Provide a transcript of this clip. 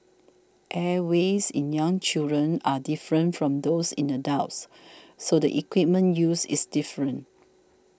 airways in young children are different from those in adults so the equipment used is different